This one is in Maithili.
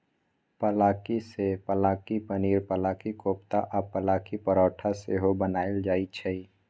पलांकी सँ पलांकी पनीर, पलांकी कोपता आ पलांकी परौठा सेहो बनाएल जाइ छै